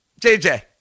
JJ